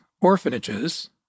orphanages